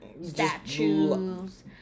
statues